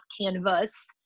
Canvas